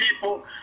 people